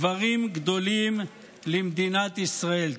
דברים גדולים למדינת ישראל.